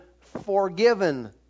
forgiven